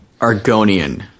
Argonian